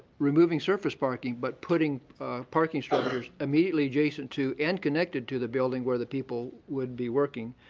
removing surface parking, but putting parking structures immediately adjacent to and connected to the building where the people would be working,